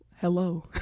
hello